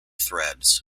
threads